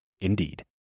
Indeed